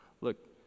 Look